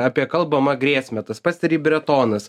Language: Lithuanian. apie kalbamą grėsmę tas pats teri bretonas